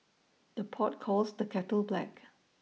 the pot calls the kettle black